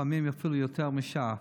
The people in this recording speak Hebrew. לפעמים אפילו יותר משעה.